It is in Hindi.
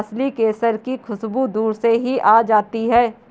असली केसर की खुशबू दूर से ही आ जाती है